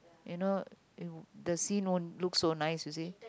you know you the sea won't look so nice you see